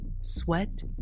sweat